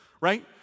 right